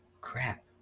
crap